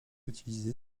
utilisée